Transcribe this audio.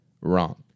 wrong